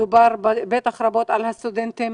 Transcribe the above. אני בטוחה שדובר רבות על הסטודנטים.